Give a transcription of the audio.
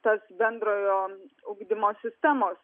tas bendrojo ugdymo sistemos